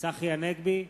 צחי הנגבי,